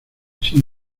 sin